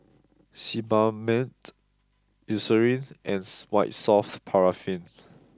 Sebamed Eucerin and White soft paraffin